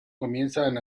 comienzan